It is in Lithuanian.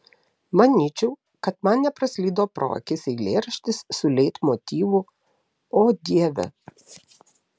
manyčiau kad man nepraslydo pro akis eilėraštis su leitmotyvu o dieve